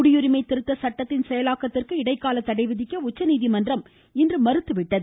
குடியுரிமை திருத்த சட்டத்தின் செயலாக்கத்திற்கு இடைக்கால தடை விதிக்க உச்சநீதிமன்றம் இன்று மறுத்துவிட்டது